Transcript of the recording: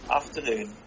afternoon